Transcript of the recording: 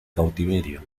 cautiverio